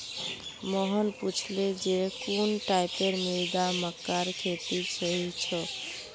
मोहन पूछले जे कुन टाइपेर मृदा मक्कार खेतीर सही छोक?